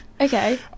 Okay